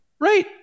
right